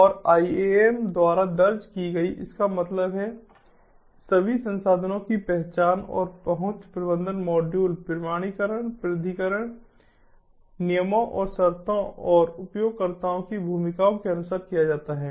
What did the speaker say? और IAM द्वारा दर्ज की गई इसका मतलब है सभी संसाधनों की पहचान और पहुंच प्रबंधन मॉड्यूल प्रमाणीकरण प्राधिकरण नियमों और शर्तों और उपयोगकर्ताओं की भूमिकाओं के अनुसार किया जाता है